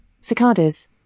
cicadas